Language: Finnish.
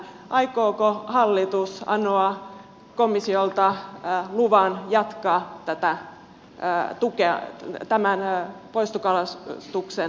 aikooko hallitus anoa komissiolta luvan jatkaa tämän poistokalastuksen tukemista